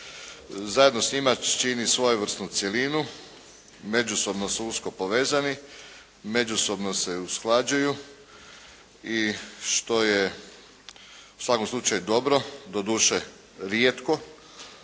zajedno s njima čini svojevrsnu cjelinu. Međusobno su usko povezani, međusobno se usklađuju i što je u svakom slučaju dobro doduše rijetko,